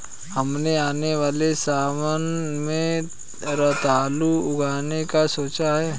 हमने आने वाले सावन में रतालू उगाने का सोचा है